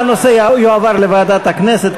הנושא יועבר לוועדת הכנסת,